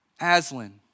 Aslan